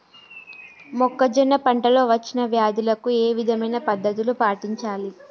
మొక్కజొన్న పంట లో వచ్చిన వ్యాధులకి ఏ విధమైన పద్ధతులు పాటించాలి?